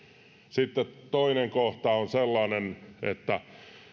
sitten toinen kohta on sellainen että